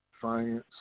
Science